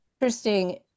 interesting